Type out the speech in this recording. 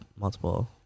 multiple